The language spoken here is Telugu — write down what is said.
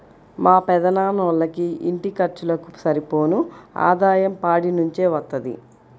మా పెదనాన్నోళ్ళకి ఇంటి ఖర్చులకు సరిపోను ఆదాయం పాడి నుంచే వత్తది